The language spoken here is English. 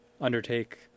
undertake